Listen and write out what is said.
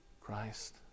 Christ